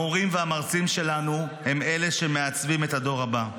המורים והמרצים שלנו הם אלה שמעצבים את הדור הבא.